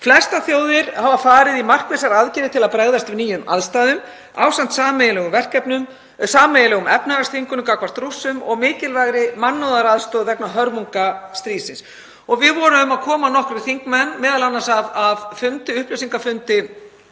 Flestar þjóðir hafa farið í markvissar aðgerðir til að bregðast við nýjum aðstæðum ásamt sameiginlegum verkefnum, sameiginlegum efnahagsþvingunum gagnvart Rússum og mikilvægri mannúðaraðstoð vegna hörmunga stríðsins. Við vorum að koma, nokkrir þingmenn, m.a. af upplýsingafundi